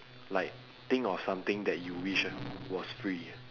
like think of something that you wish was free